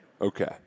Okay